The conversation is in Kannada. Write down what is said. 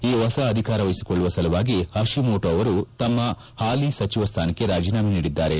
ಈ ಹೊಸ ಅಧಿಕಾರವಹಿಸಿಕೊಳ್ಳುವ ಸಲುವಾಗಿ ಪಷಿಮೊಟೋ ಅವರು ತಮ್ಮ ಸಚಿವ ಸ್ವಾನಕ್ಕೆ ರಾಜೀನಾಮೆ ನೀಡಿದ್ದಾರೆ